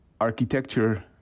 architecture